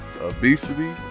obesity